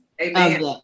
amen